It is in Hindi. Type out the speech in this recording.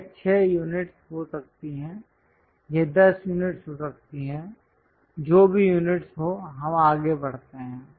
यह 6 यूनिटस् हो सकती हैं यह 10 यूनिटस् हो सकती हैं जो भी यूनिटस् हो हम आगे बढ़ते हैं